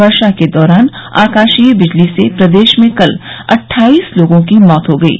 वर्षा के दौरान आकाशीय बिजली से प्रदेश में कल अटठाईस लोगों की मौत हो गयी